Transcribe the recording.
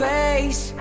face